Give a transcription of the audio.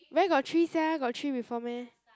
where got three sia got three before meh